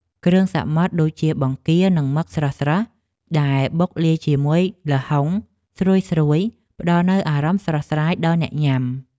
គ្រឿងសមុទ្រដូចជាបង្គានិងមឹកស្រស់ៗដែលបុកលាយជាមួយល្ហុងស្រួយៗផ្តល់នូវអារម្មណ៍ស្រស់ស្រាយដល់អ្នកញ៉ាំ។